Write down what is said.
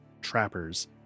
trappers